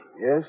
Yes